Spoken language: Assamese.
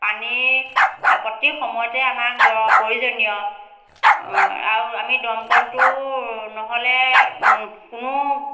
পানীৰ প্ৰতি সময়তে আমাক দৰ প্ৰয়োজনীয় আৰু আমি দমকলটো নহ'লে কোনো